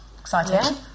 excited